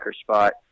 spot